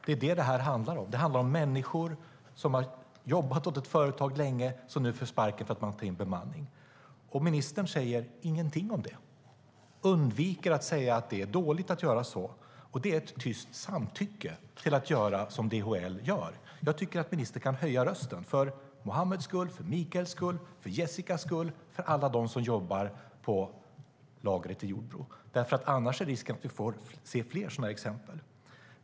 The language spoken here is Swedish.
Det här handlar om människor som har jobbat åt ett företag länge och nu får sparken för att man tar in bemanning. Ministern säger ingenting om det. Hon undviker att säga att det är dåligt att göra så, och det är ett tyst samtycke till att man gör som DHL. Jag tycker att ministern kan höja rösten för Muhammeds skull, för Mikaels skull, för Jessicas skull och för alla andra som jobbar på lagret i Jordbro. Annars är risken att vi får se fler sådana här exempel.